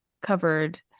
covered